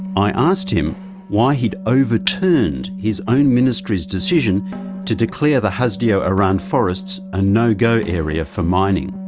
i asked him why he'd overturned his own ministry's decision to declare the hasdeo arand forests a no-go area for mining.